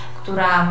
która